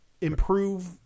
improve